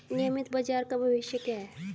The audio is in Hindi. नियमित बाजार का भविष्य क्या है?